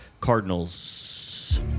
Cardinals